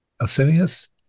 Asinius